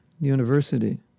university